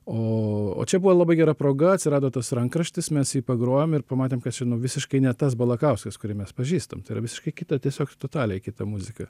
o o čia buvo labai gera proga atsirado tas rankraštis mes jį pagrojom ir pamatėm kad čia nu visiškai ne tas balakauskas kurį mes pažįstam tai yra visiškai kita tiesiog totaliai kita muzika